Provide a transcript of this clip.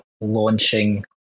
launching